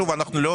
שוב, אנחנו לא